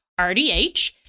RDH